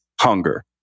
hunger